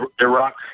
Iraq